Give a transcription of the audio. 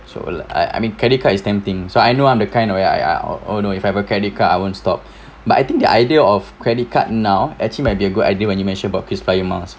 so I I mean credit card it's tempting so I know I'm the kind of where I I oh oh no if I have a credit card I won't stop but I think the idea of credit card now actually might be a good idea when you mentioned about krisflyer miles